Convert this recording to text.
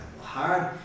Hard